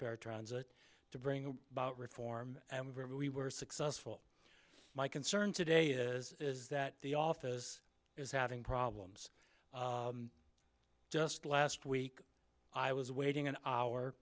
paratransit to bring about reform and we were successful my concern today is is that the office is having problems just last week i was waiting an hour